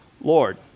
Lord